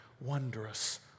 wondrous